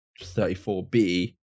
34B